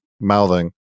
mouthing